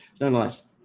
nonetheless